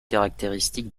caractéristiques